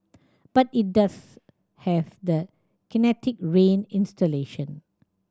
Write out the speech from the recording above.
but it does have the Kinetic Rain installation